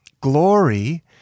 glory